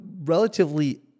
relatively